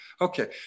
okay